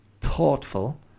thoughtful